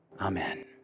Amen